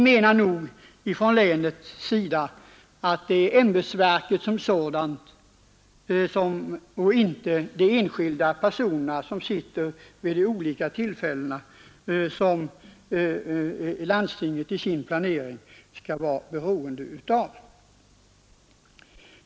Men vi inom länet menar att det är ämbetsverket som sådant och inte de enskilda personer som tjänstgör vid olika tillfällen som landstinget i sin planering skall vara beroende av.